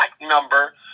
number